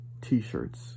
t-shirts